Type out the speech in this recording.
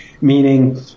meaning